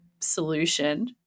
solution